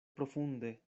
profunde